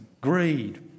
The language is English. greed